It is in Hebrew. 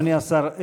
אדוני השר.